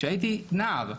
כשהייתי נער,